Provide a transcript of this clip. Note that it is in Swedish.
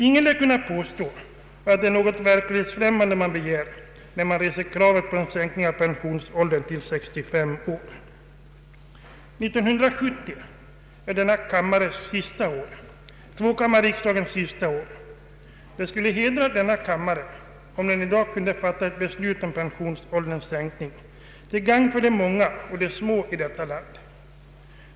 Ingen lär kunna påstå att det är någonting verklighetsfrämmande man begär när man reser kravet på en sänkning av pensionsåldern till 65 år. År 1970 är tvåkammarriksdagens sista år. Det skulle hedra denna kammare om den i dag kunde fatta ett beslut om pensionsålderns sänkning till gagn för de många och de små i detta land.